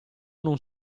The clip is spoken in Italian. non